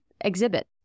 exhibit